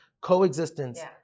coexistence